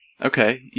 Okay